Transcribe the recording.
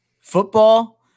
football